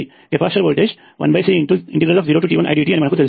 capacitor voltage 1C0t1Idt అని మనకు తెలుసు